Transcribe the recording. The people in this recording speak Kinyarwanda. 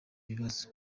bibazo